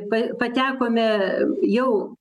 pa patekome jau